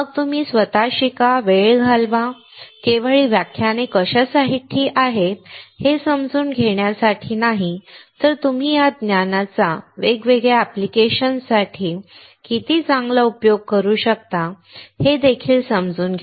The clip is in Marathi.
मग तुम्ही स्वतः शिका वेळ घालवा केवळ ही व्याख्याने कशासाठी आहेत हे समजून घेण्यासाठीच नाही तर तुम्ही या ज्ञानाचा वेगवेगळ्या ऍप्लिकेशन्ससाठी किती चांगला उपयोग करू शकता हे देखील समजून घ्या